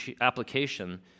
application